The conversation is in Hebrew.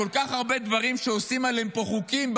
כל כך הרבה דברים שעושים עליהם פה חוקים,